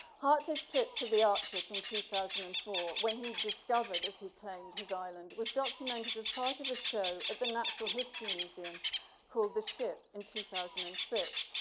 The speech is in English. hartley's trip to the arctic in two thousand and four, when he discovered as he claimed, his island, was documented as part of a show at the natural history museum called, the ship in two thousand and six.